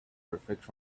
perfect